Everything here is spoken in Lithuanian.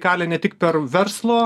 kali ne tik per verslo